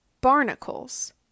barnacles